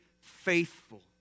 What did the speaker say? faithful